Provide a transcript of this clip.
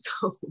go